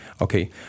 Okay